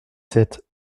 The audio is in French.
sept